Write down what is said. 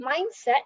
mindset